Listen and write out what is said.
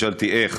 תשאל אותי איך,